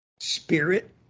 Spirit